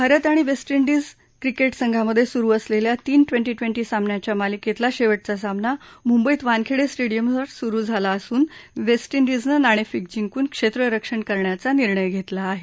भारत आणि West Indies cricket संघांमध्ये सुरू असलेल्या तीन ट्वेंटी ट्वेंटी सामन्यांच्या मालिकेतला शेवटचा सामना मुंबईत वानखेडे स्टेडियमवर सुरू झाला असून वेस्टडीजनं नाणेफेक जिंकून क्षेत्ररक्षण करण्याचा निर्णय घेतला आहे